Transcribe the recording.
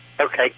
Okay